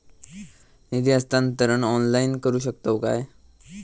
निधी हस्तांतरण ऑनलाइन करू शकतव काय?